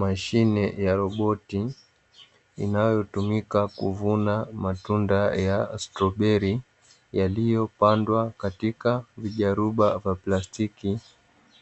Mashine ya roboti inayotumika kuvuna matunda ya stroberi yaliyopandwa katika majaruba ya plastiki